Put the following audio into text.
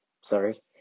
Sorry